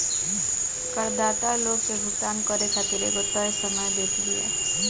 करदाता लोग के भुगतान करे खातिर एगो तय समय देत बिया